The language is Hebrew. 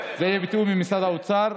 זה יהיה בתיאום עם המשרד האוצר.